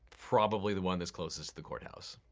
probably the one that's closest to the courthouse.